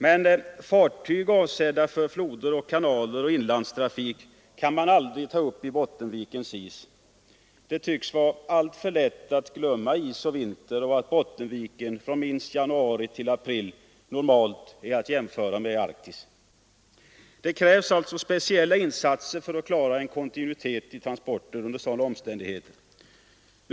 Men fartyg avsedda för floder, kanaler och inlandstrafik kan man aldrig ta upp i Bottenvikens is. Det tycks vara alltför lätt att glömma is och vinter och att Bottenviken åtminstone från januari till april normalt är att jämföra med Arktis. Det krävs alltså speciella insatser för att klara en kontinuitet i transporter under sådana omständigheter.